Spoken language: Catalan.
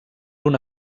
una